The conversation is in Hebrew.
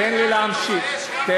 אנחנו מעריכים אותך.